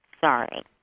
Sorry